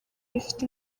bifite